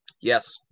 Yes